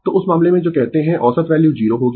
तो उस मामले में जो कहते है औसत वैल्यू 0 होगी